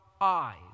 eyes